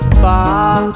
far